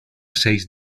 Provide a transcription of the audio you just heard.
seis